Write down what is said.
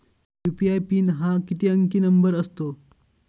UPI PIN हा किती अंकी नंबर असतो?